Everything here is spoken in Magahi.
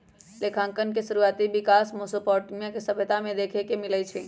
लेखांकन के शुरुआति विकास मेसोपोटामिया के सभ्यता में देखे के मिलइ छइ